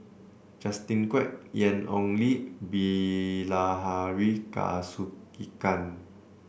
Justin Quek Ian Ong Li Bilahari Kausikan